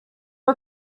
her